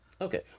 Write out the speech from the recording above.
Okay